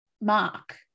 mark